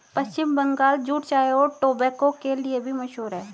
पश्चिम बंगाल जूट चाय और टोबैको के लिए भी मशहूर है